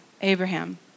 Abraham